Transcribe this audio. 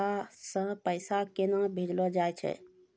खाता से पैसा केना भेजलो जाय छै?